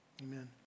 Amen